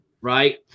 right